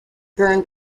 burn